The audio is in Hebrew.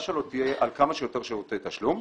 שלו תהיה על כמה שיותר שירותי תשלום.